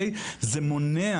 זה מונע